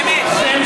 אמת.